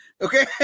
Okay